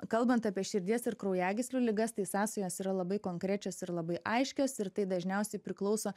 kalbant apie širdies ir kraujagyslių ligas tai sąsajos yra labai konkrečios ir labai aiškios ir tai dažniausiai priklauso